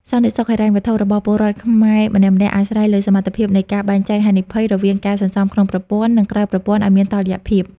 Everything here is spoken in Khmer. សន្តិសុខហិរញ្ញវត្ថុរបស់ពលរដ្ឋខ្មែរម្នាក់ៗ អាស្រ័យលើសមត្ថភាពនៃការ "បែងចែកហានិភ័យ" រវាងការសន្សំក្នុងប្រព័ន្ធ និងក្រៅប្រព័ន្ធឱ្យមានតុល្យភាព។